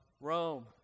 Rome